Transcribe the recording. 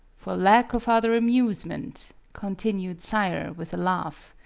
for lack of other amusement, continued sayre, with a laugh,